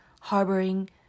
harboring